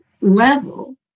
level